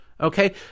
Okay